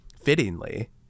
fittingly